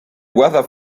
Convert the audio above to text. weather